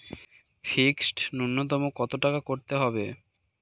Fixed নুন্যতম কত টাকা করতে হবে?